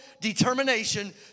determination